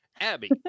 abby